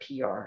PR